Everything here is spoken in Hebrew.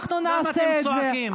למה אתם צועקים?